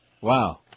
Wow